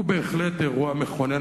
היא בהחלט אירוע מכונן,